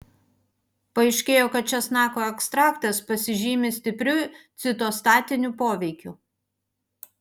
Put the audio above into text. paaiškėjo kad česnako ekstraktas pasižymi stipriu citostatiniu poveikiu